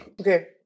Okay